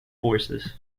forces